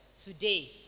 Today